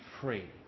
free